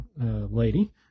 lady